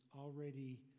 already